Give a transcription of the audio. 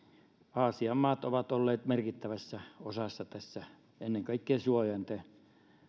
aasian maat ovat olleet merkittävässä osassa tässä ennen kaikkea suojainten